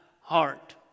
heart